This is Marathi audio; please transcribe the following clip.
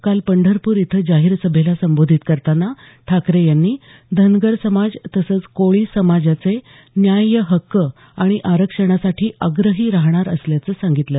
काल पंढरपूर इथं जाहीर सभेला संबोधित करताना ठाकरे यांनी धनगर समाज तसंच कोळी समाजाचे न्याय्यहक्क आणि आरक्षणासाठी आग्रही राहणार असल्याचं सांगितलं